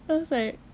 then I was like why